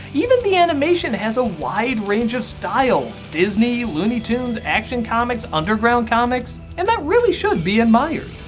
even the animation has a wide range of styles, disney, looney tunes, action comics, underground comics, and that really should be admired.